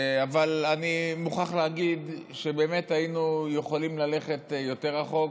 אבל אני מוכרח להגיד שבאמת היינו יכולים ללכת יותר רחוק.